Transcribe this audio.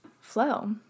flow